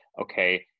okay